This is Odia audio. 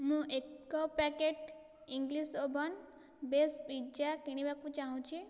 ମୁଁ ଏକ packet English oven base pizza କିଣିବାକୁ ଚାହୁଁଛି